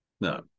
No